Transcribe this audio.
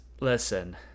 listen